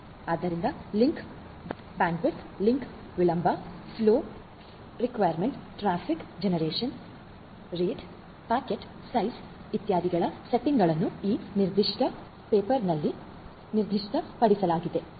ಆದ್ದರಿಂದ link bandwidth link ವಿಳಂಬ flow requirement traffic generation rate packet size ಇತ್ಯಾದಿಗಳ ಸೆಟ್ಟಿಂಗ್ಗಳನ್ನು ಈ ನಿರ್ದಿಷ್ಟ ಪೇಪರ್ನಲ್ಲಿ ನಿರ್ದಿಷ್ಟಪಡಿಸಲಾಗಿದೆ